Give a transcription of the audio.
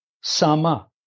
sama